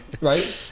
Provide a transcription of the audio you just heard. right